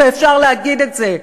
ואפשר להגיד את זה.